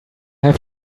have